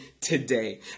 today